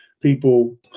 people